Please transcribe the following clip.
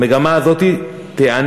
המגמה הזאת תיענה.